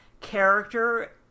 character